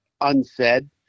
unsaid